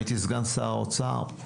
הייתי סגן שר האוצר,